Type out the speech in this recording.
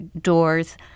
doors